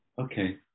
Okay